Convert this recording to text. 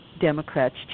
Democrats